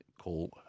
call